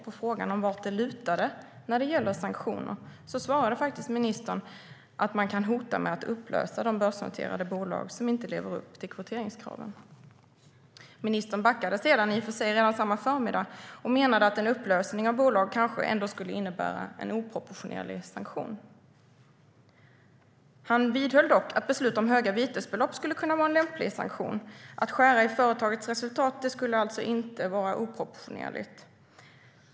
På frågan vartåt det lutar när det gäller sanktioner svarade ministern att man kan hota med att upplösa de börsnoterade bolag som inte lever upp till kvoteringskraven. Ministern backade i och för sig sedan, redan samma förmiddag, och menade att en upplösning av bolag kanske skulle innebära en oproportionerlig sanktion. Han vidhöll dock att beslut om höga vitesbelopp skulle kunna vara en lämplig sanktion. Att skära i företagets resultat skulle alltså inte vara oproportionerligt.